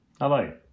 Hello